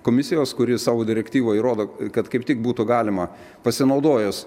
komisijos kuri savo direktyvoj rodo kad kaip tik būtų galima pasinaudojus